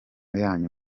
yanyu